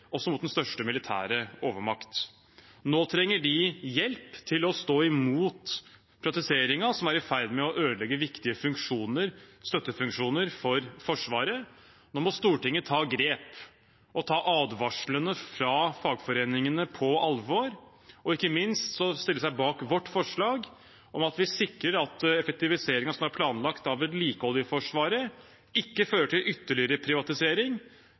også mot den største militære overmakt. Nå trenger de hjelp til å stå imot privatiseringen som er i ferd med å ødelegge viktige støttefunksjoner for Forsvaret. Nå må Stortinget ta grep, ta advarslene fra fagforeningene på alvor og ikke minst stille seg bak vårt forslag om å sikre at planlagt effektivisering av vedlikeholdet i Forsvaret ikke fører til ytterligere privatisering,